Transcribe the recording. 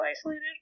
isolated